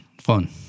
Fun